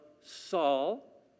Saul